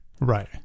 Right